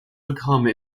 become